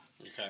Okay